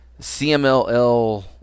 CMLL